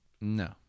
No